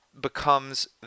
becomes